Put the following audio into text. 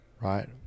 right